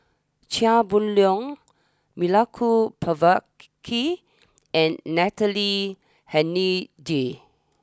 Chia Boon Leong Milenko Prvacki and Natalie Hennedige